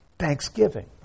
thanksgiving